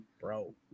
bro